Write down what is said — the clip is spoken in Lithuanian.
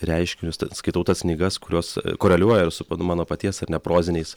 reiškinius tad skaitau tas knygas kurios koreliuoja ir su p mano paties ar ne proziniais